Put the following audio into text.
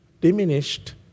Diminished